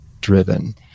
driven